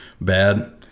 Bad